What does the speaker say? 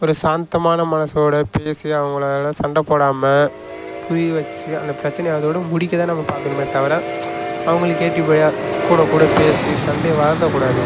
ஒரு சாந்தமான மனசோடு பேசி அவங்களோட சண்டை போடாமல் புரிய வைச்சு அந்த பிரச்சனையை அதோட முடிக்க தான் நம்ம பார்க்கணுமே தவிர அவங்களுக்கு ஏட்டி போட்டியாக கூட கூட பேசி சண்டையை வளத்தக்கூடாது